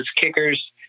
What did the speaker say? kicker's